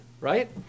right